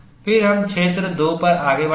फिर हम क्षेत्र 2 पर आगे बढ़ेंगे